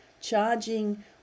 charging